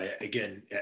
again